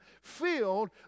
filled